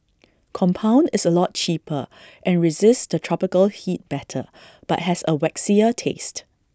compound is A lot cheaper and resists the tropical heat better but has A waxier taste